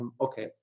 okay